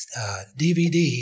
DVD